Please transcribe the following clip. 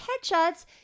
headshots